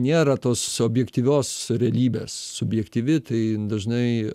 nėra tos objektyvios realybės subjektyvi tai dažnai